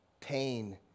pain